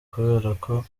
kuberako